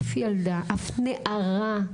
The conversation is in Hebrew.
אף ילדה, אף נערה,